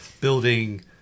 building